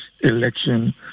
election